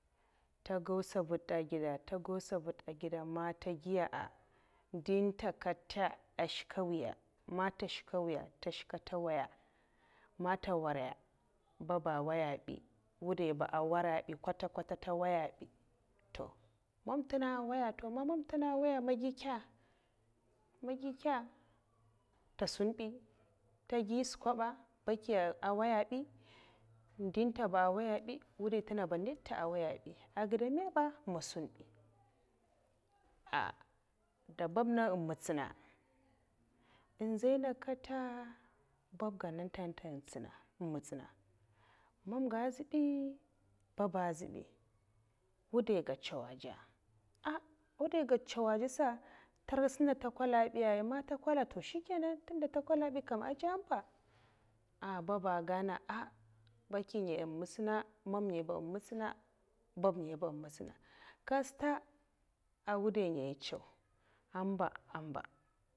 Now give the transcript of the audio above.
Tè gau' nzaval ntè a gèd ntè gau ntsaval ntè a ged man nte giya a ndyi nta kata n shke nwiya ma ntè'shka mwiya man ntè shkè ntè mwiya man nte nwaraya baba a nwoy bi wudai'nènga ba ntè nwaya bi kwata kwata nte nwoya bi to mam ntenga èh waiya man mamntenga eh nwaia to nga gi'nkye? Nga gi' nkye? Ta sunbi nta gi skwa ba bakiya ah waiya bi ndin'ntuba nta nwaiya bi wudai ntenga nita nte nwaiya bi ehn gèd me ba nga sunbi ah da bab nenga ehn mutsina ahn nzaina nkata ahn nzaina nkata bab nan ntente eh mutsina mamga azbay baba azbay wudai ga chew a'zye'a ah wudai ga chew a za sa atsuna nte kwalabi man nte kwalabi shikena ntunda nte kwalabi a jamba ah baba gana ah bakingaya èn mstina, mam ngya ba en'mtsina bab'ngaya ba n mutsina kat sata an wud ngaya cèw' amba amba.